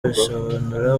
bisobanura